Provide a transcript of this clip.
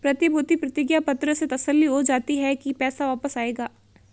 प्रतिभूति प्रतिज्ञा पत्र से तसल्ली हो जाती है की पैसा वापस आएगा